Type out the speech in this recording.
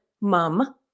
mom